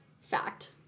Fact